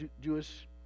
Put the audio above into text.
Jewish